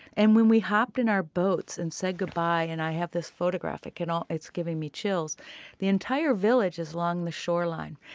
and when we hopped in our boats and said goodbye and i have this photograph, like and it's giving me chills the entire village is along the shoreline.